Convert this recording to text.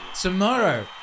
TOMORROW